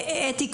אתי,